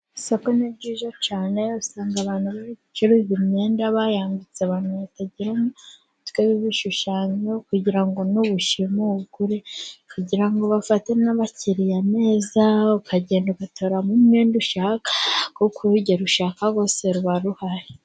Isoko ni ryiza cyane usanga abantu bari gucuruza imyenda bayambitse abantu batagira umutwe w'ibishushanyo kugira ngo nuwushima uwugure kugira ngo bafate n'abakiriya neza, ukagenda ugatoramo umwenda ushaka kuko urugero rwose ushaka ruba ruhari.